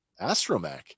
astromech